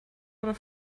oder